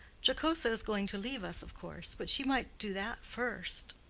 jocosa is going to leave us, of course. but she might do that first.